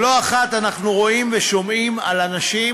לא אחת אנחנו רואים ושומעים על אנשים